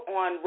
on